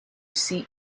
see